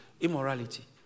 immorality